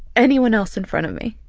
anyone else in front of me,